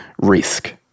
risk